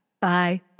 Bye